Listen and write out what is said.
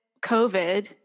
COVID